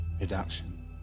Reduction